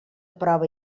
prova